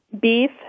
beef